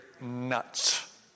nuts